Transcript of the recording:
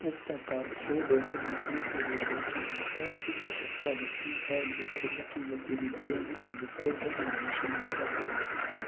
इस प्रकार छः दो संरचना के लिए दो सेटर की आवश्यकता होती है जो खेल की गतविधियों में एक दूसरे के आमने सामने रहते हैं